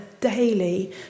daily